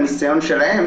הניסיון שלהם,